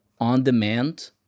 on-demand